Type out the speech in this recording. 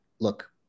look